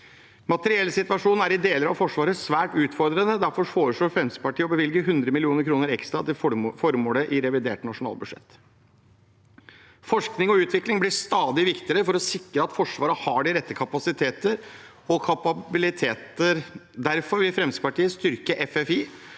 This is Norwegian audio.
Materiellsituasjonen er i deler av Forsvaret svært utfordrende. Derfor foreslår Fremskrittspartiet å bevilge 100 mill. kr ekstra til formålet i revidert nasjonalbudsjett. Forskning og utvikling blir stadig viktigere for å sikre at Forsvaret har de rette kapasiteter og kapabiliteter. Derfor vil Fremskrittspartiet styrke FFI